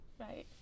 Right